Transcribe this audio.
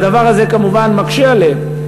והדבר הזה כמובן מקשה עליהן.